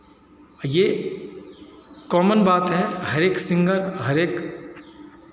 ये कॉमन बात है हरेक सिंगर हरेक